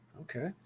Okay